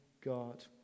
God